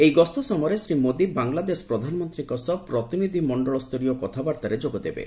ଏହି ଗସ୍ତ ସମୟରେ ଶ୍ରୀ ମୋଦୀ ବାଂଲାଦେଶ ପ୍ରଧାନମନ୍ତ୍ରୀଙ୍କ ସହ ପ୍ରତିନିଧି ମଣ୍ଡଳସ୍ତରୀୟ କଥାବାର୍ତ୍ତାରେ ଯୋଗଦେବେ